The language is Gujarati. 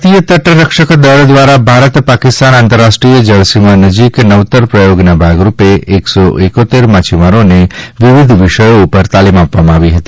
ભારતીય તટરક્ષક દળ દ્વારા ભારત પાકિસ્તાન આંતરરાષ્ટ્રીય જળસીમા નજીક નવતર પ્રયોગના ભાગરૂપે એકસો એકોતેર માછીમારોને વિવિધ વિષયો ઉપર તાલીમ આપવામાં આવી હતી